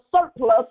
surplus